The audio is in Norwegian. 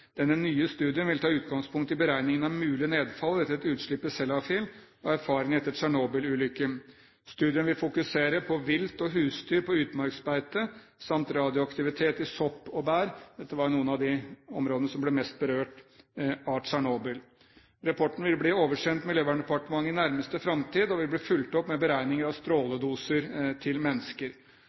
Denne nye studien vil ta utgangspunkt i beregningene av mulig nedfall etter et utslipp ved Sellafield og erfaringene etter Tsjernobyl-ulykken. Studien vil fokusere på vilt og husdyr på utmarksbeite samt radioaktivitet i sopp og bær. Dette var noen av de områdene som ble mest berørt av Tsjernobyl-ulykken. Rapporten vil bli oversendt Miljøverndepartementet i den nærmeste framtid og vil bli fulgt opp med beregninger av stråledoser til mennesker.